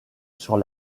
sur